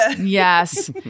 Yes